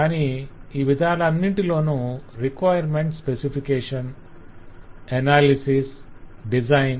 కానీ ఈ విధానాలన్నింటిలోనూ రిక్వైర్మెంట్స్ స్పెసిఫికేషన్ అనాలిసిస్ డిజైన్